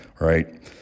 right